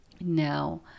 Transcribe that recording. Now